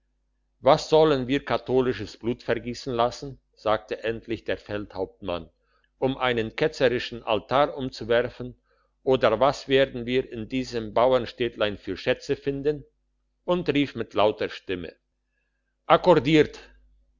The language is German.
was sollen wir katholisches blut vergiessen lassen sagte endlich der feldhauptmann um einen ketzerischen altar umzuwerfen oder was werden wir in diesem bauernstädtlein für schätze finden und rief mit lauter stimme akkordiert